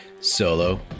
solo